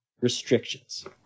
restrictions